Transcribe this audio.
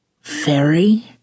Fairy